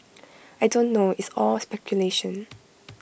I don't know it's all speculation